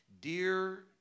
dear